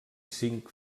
cinc